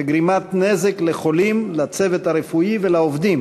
וגרימת נזק לחולים, לצוות הרפואי ולעובדים